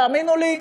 תאמינו לי,